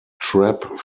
trapp